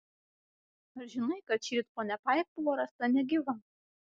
ar žinai kad šįryt ponia paik buvo rasta negyva